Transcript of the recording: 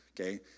Okay